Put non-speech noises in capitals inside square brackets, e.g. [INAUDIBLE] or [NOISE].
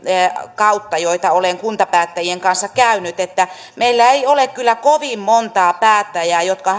kautta joita olen kuntapäättäjien kanssa käynyt että meillä ei ole kyllä kovin montaa päättäjää jotka [UNINTELLIGIBLE]